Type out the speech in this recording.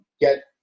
get